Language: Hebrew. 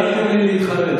אל תיתנו לי להתחרט,